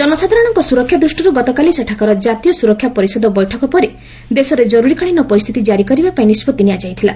ଜନସାଧାରଣଙ୍କ ସୁରକ୍ଷା ଦୃଷ୍ଟିରୁ ଗତକାଲି ସେଠାକାର ଜାତୀୟ ସୁରକ୍ଷା ପରିଷଦ ବୈଠକ ପରେ ଦେଶରେ ଜରୁରୀକାଳୀନ ପରିସ୍ଥିତି କାରି କରିବାପାଇଁ ନିଷ୍ପଭି ନିଆଯାଇଥିଲା